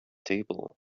table